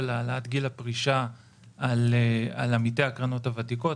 העלאת גיל הפרישה על עמיתי הקרנות הוותיקות.